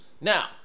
now